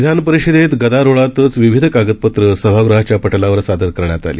विधानपरिषदेतगदारोळातचविविधकागदपत्रेसभागृहाच्यापटलावरसादरकरण्यातआली